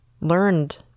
learned